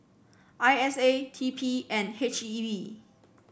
I S A T P and H E B